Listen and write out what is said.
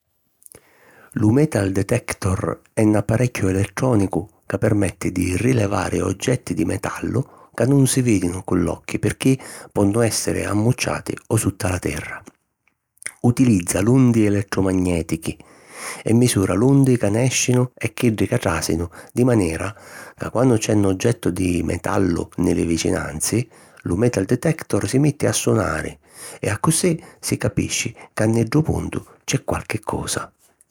Lu metal detector è 'n apparecchiu elettrònicu ca permetti di rilevari oggetti di metallu ca nun si vìdinu cu l'occhi pirchì ponnu èssiri ammucciati o sutta la terra. Utilizza l'undi elettromagnètichi, e misura l'undi ca nèscinu e chiddi ca tràsinu di manera ca quannu c’è 'n oggettu di metallu nni li vicinanzi, lu metal detector si metti a sunari e accussì si capisci ca nni ddu puntu c’è qualchi cosa.